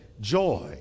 joy